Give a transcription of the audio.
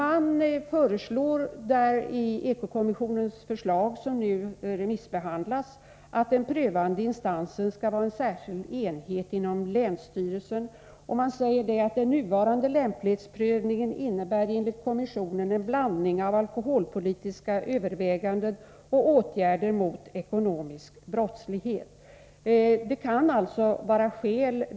Enligt EKO-kommissionens förslag, som nu remissbehandlas, skall den prövande instansen vara en särskild enhet inom länsstyrelsen. Enligt kommissionen innebär den nuvarande lämplighetsprövningen en blandning av alkoholpolitiska överväganden och åtgärder mot ekonomisk brottslighet.